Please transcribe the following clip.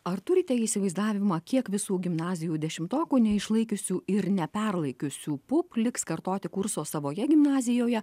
ar turite įsivaizdavimą kiek visų gimnazijų dešimtokų neišlaikiusių ir neperlaikiusių pup liks kartoti kurso savoje gimnazijoje